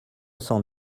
cent